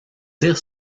tire